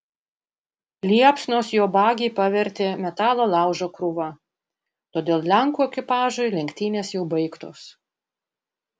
liepsnos jo bagį pavertė metalo laužo krūva todėl lenkų ekipažui lenktynės jau baigtos